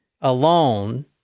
alone